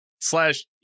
slash